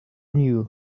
knew